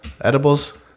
edibles